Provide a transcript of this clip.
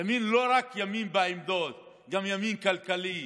ימין לא רק ימין בעמדות, גם ימין כלכלי.